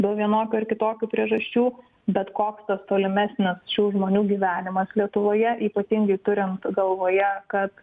dėl vienokių ar kitokių priežasčių bet koks tas tolimesnis šių žmonių gyvenimas lietuvoje ypatingai turint galvoje kad